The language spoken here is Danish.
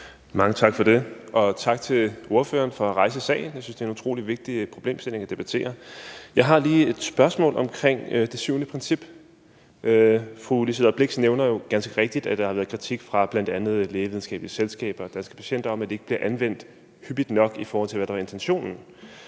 Mange tak for det. Og tak til ordføreren for at rejse sagen. Jeg synes, det er en utrolig vigtig problemstilling at debattere. Jeg har lige et spørgsmål omkring det syvende princip. Fru Liselott Blixt nævner jo ganske rigtigt, at der har været kritik fra bl.a. Lægevidenskabelige Selskaber og Danske Patienter af, at det ikke bliver anvendt hyppigt nok, i forhold til hvad der var intentionen.